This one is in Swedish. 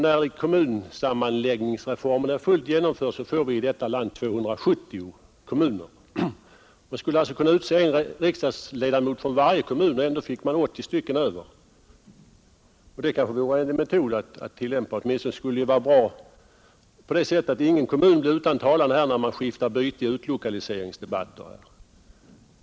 När kommunsammanläggningen är fullt genomförd, får vi i detta land 270 kommuner. Man skulle alltså kunna utse en riksdagsledamot från varje kommun, och ändå fick man 80 stycken över. Det kanske vore en metod att tillämpa. Åtminstone skulle den vara bra på det sättet att ingen kommun blev utan talare här när man skiftar byte i utlokaliseringsdebatter.